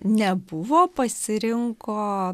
nebuvo pasirinko